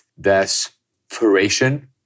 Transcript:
desperation